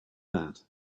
that